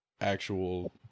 actual